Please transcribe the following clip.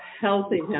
healthy